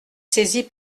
saisie